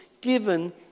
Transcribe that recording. given